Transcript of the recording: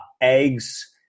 eggs